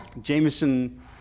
Jameson